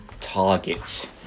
targets